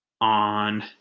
on